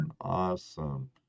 awesome